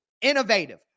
innovative